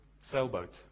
sailboat